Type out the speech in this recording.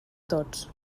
tots